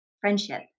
friendship